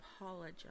apologize